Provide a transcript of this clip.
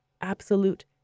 absolute